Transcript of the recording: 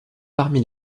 parmi